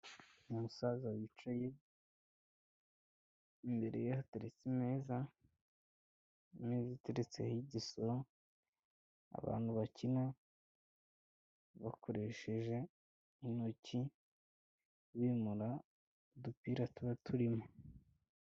Umusaza wicaye, imbere ye hateretse imeza, imeza iteretseho igisoro, abantu bakina, bakoresheje intoki, bimura udupira tuba turimo.